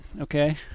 okay